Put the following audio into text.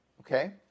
okay